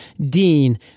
Dean